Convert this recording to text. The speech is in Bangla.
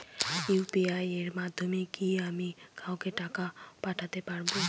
ইউ.পি.আই এর মাধ্যমে কি আমি কাউকে টাকা ও পাঠাতে পারবো?